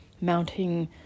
mounting